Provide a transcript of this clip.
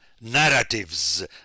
narratives